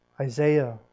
Isaiah